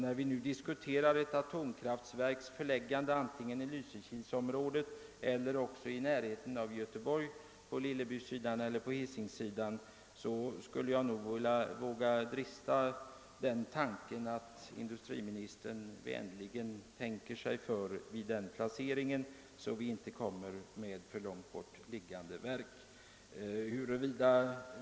När vi nu diskuterar ett atomkraftverks förläggande till antingen Lysekilsområdet eller Göteborgsområdet — t.ex. i närheten av Lilleby på Hisingen — skulle jag vilja drista mig att be industriministern tänka sig noga för innan beslut fattas så att verket inte förläggs alltför långt bort.